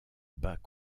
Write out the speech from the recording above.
bas